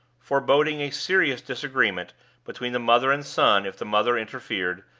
foreboding a serious disagreement between the mother and son if the mother interfered,